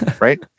Right